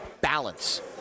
Balance